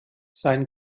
sein